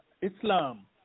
Islam